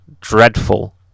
dreadful